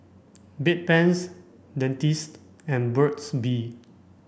Bedpans Dentiste and Burt's bee